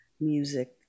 music